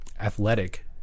athletic